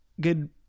good